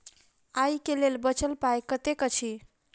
आइ केँ लेल बचल पाय कतेक अछि?